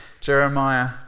Jeremiah